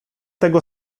tego